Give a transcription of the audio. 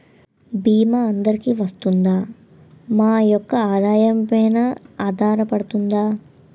భీమా అందరికీ వరిస్తుందా? మా యెక్క ఆదాయం పెన ఆధారపడుతుందా?